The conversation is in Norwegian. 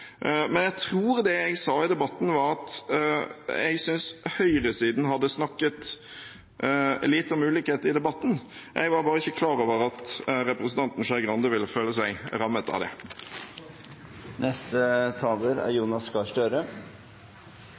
Men jeg tror det jeg sa, var at jeg syntes høyresiden hadde snakket lite om ulikhet i debatten. Jeg var bare ikke klar over at representanten Skei Grande ville føle seg rammet av det. Statsministeren sa at det var både nye stemmer, gamle stemmer og kjente stemmer. Hennes er